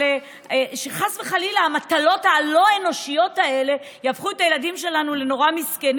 שחס וחלילה המטלות הלא-אנושיות האלה יהפכו את הילדים שלנו לנורא מסכנים.